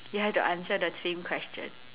you have to answer the same question